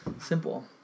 Simple